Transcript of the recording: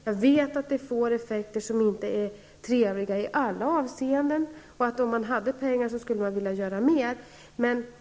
Jag vet att det får effekter som inte är trevliga i alla avseenden. Hade man pengar skulle man vilja göra mer.